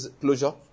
closure